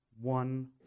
one